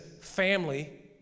family